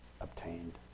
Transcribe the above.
obtained